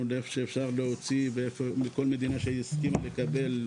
לאיפה שאפשר להוציא וכל מדינה שהסכימה לקבל,